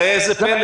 ראה זה פלא,